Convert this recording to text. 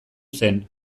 zen